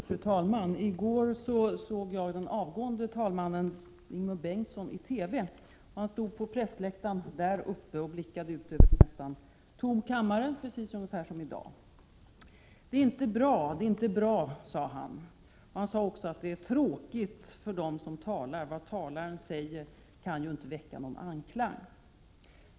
Fru talman! I går såg jag den avgående talmannen Ingemund Bengtsson i TV. Han stod på riksdagens pressläktare och blickade ut över en nästan tom kammare, ungefär som i dag. Det är inte bra, sade han. Han sade också att det är tråkigt för den som talar. Vad talaren säger kan ju inte väcka anklang.